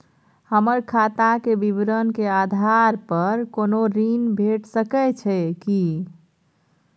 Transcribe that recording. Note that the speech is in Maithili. हमर खाता के विवरण के आधार प कोनो ऋण भेट सकै छै की?